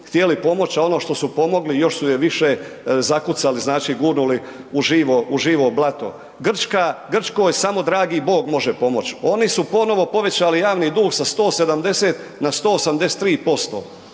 htjeli pomoći, a ono što su joj pomogli još su je više zakucali, znači gurnuli u živo, u živo blato. Grčka, Grčkoj samo dragi Bog može pomoći. Oni su ponovo povećali javni dug sa 170 na 183%,